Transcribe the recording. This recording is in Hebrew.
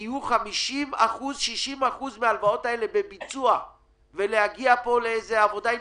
יהיו 60% מההלוואות האלה בביצוע ולהגיע לפה לעבודה אינטנסיבית.